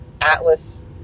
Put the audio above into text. Atlas